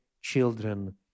children